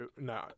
no